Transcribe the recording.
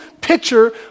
picture